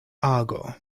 ago